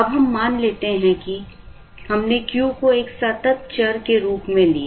अब हम मान लेते हैं कि हमने Q को एक सतत चर के रूप में लिया